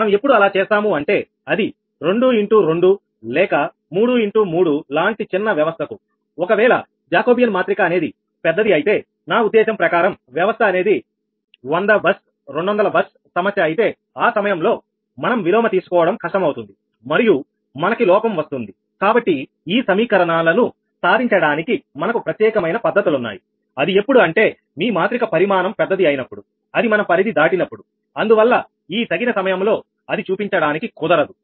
మనం ఎప్పుడు అలా చేస్తాము అంటే అది 2 ఇంటూ 2 లేక 3 ఇంటూ 3 లాంటి చిన్న వ్యవస్థ కుఒకవేళ జాకోబియన్ మాత్రిక అనేది పెద్దది అయితే నా ఉద్దేశం ప్రకారం వ్యవస్థ అనేది 100 బస్200 బస్సు సమస్య అయితే ఆ సమయంలో మనం విలోమ తీసుకోవడం కష్టమౌతుంది మరియు మనకి లోపం వస్తుంది కాబట్టి ఈ సమీకరణాలను సాధించడానికి మనకు ప్రత్యేకమైన పద్ధతులున్నాయి అది ఎప్పుడు అంటే మీ మాత్రిక పరిమాణం పెద్దది అయినప్పుడు అది మన పరిధి దాటినప్పుడు అందువల్ల ఈ తగిన సమయంలో అది కుదరదు